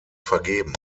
vergeben